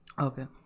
Okay